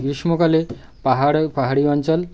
গ্রীষ্মকালে পাহাড় ও পাহাড়ি অঞ্চল